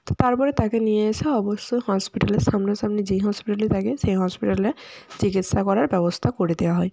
তো তার পরে তাকে নিয়ে এসে অবশ্য হসপিটালের সামনাসামনি যেই হসপিটালই থাকে সেই হসপিটালে চিকিৎসা করার ব্যবস্থা করে দেওয়া হয়